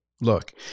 Look